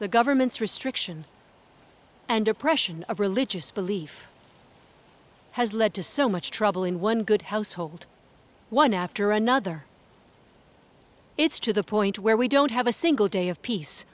the government's restriction and oppression of religious belief has led to so much trouble in one good household one after another it's to the point where we don't have a single day of peace